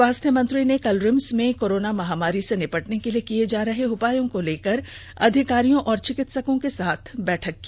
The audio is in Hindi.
स्वास्थ्य मंत्री ने कल रिम्स में कोरोना महामारी से निपटने के लिए किए जा रहे उपायों को लेकर अधिकारियों और चिकित्सकों के साथ बैठक की